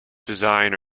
design